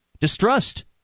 distrust